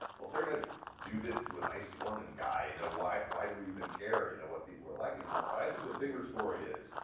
if they're going to do this to a nice mormon guy, and why why do we even care you know what people are liking more? but i think the bigger story is